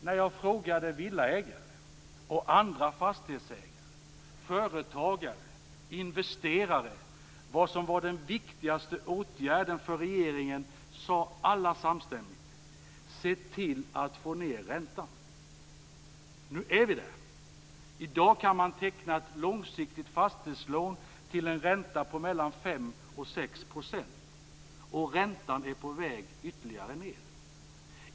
När jag frågade villaägare och andra fastighetsägare, företagare och investerare vad som var den viktigaste åtgärden för regeringen sade alla samstämmigt: Se till att få ned räntan! Nu är vi där. I dag kan man teckna ett långsiktigt fastighetslån till en ränta på mellan 5 och 6 %, och räntan är på väg ned ytterligare.